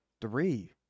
Three